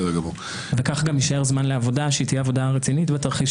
כך גם יישאר זמן לעבודה רצינית בתרחיש